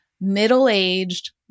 middle-aged